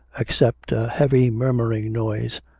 except a heavy murmuring noise,